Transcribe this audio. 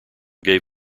gave